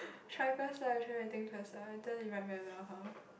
try first lah try writing first ah later you write very well how